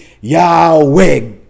Yahweh